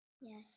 Yes